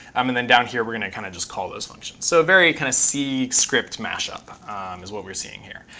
um and then down here, we're going to kind of just call those functions. so very kind of c script mashup is what we're seeing here.